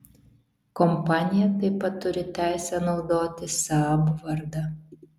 kompanija taip pat turi teisę naudoti saab vardą